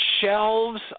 shelves